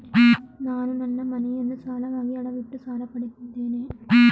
ನಾನು ನನ್ನ ಮನೆಯನ್ನು ಸಾಲವಾಗಿ ಅಡವಿಟ್ಟು ಸಾಲ ಪಡೆದಿದ್ದೇನೆ